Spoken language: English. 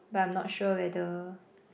but I'm not sure whether